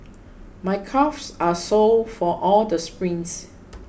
my calves are sore from all the sprints